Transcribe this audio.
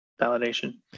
validation